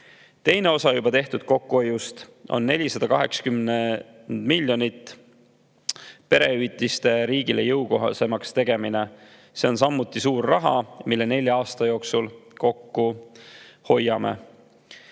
Teine osa juba tehtud kokkuhoiust, 480 miljonit on [tänu] perehüvitiste riigile jõukohasemaks tegemisele. See on samuti suur raha, mille nelja aasta jooksul kokku hoiame.